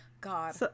God